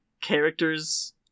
characters